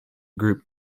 group